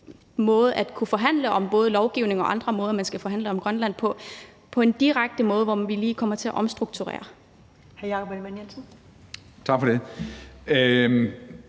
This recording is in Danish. måde at kunne forhandle på, både om lovgivning og om andre ting, man skal forhandle om Grønland, på en direkte måde, hvor vi kommer til at omstrukturere. Kl.